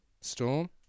Storm